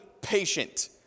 patient